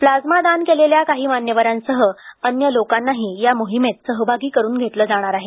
plasma दान केलेल्या काही मान्यवरांसह अन्य लोकांनाही या मोहिमेत सहभागी करून घेतलं जाणार आहे